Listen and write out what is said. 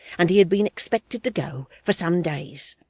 and he had been expected to go for some days.